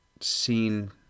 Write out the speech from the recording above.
seen